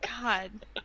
God